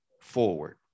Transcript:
forward